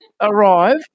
arrive